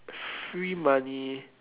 free money